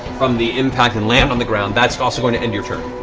from the impact and land on the ground. that's also going to end your turn.